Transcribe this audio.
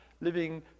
living